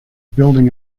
building